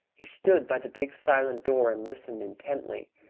he stood by the big silent door and listened intently.